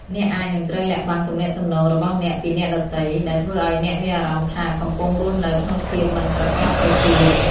អ្នកអាចនឹងត្រូវលាក់បាំងទំនាក់ទំនងរបស់អ្នកពីអ្នកដទៃ ដែលធ្វើឲ្យអ្នកមានអារម្មណ៍ថា កំពុងរស់នៅក្នុងភាពមិនប្រាកដប្រជា។